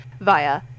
via